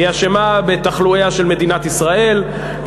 היא אשמה בתחלואיה של מדינת ישראל,